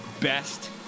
best